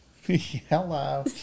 Hello